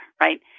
right